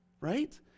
Right